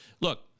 Look